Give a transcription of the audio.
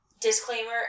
disclaimer